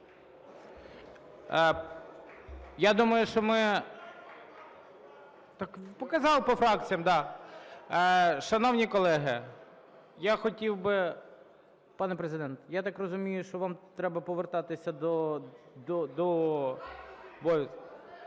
я думаю, що ми... Так показали по фракціям, да. Шановні колеги, я хотів би... Пане Президенте, я так розумію, що вам треба повертатися до